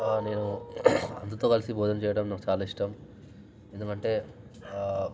నేను అందరితో కలిసి భోజనం చేయడం నాకు చాలా ఇష్టం ఎందుకంటే